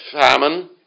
famine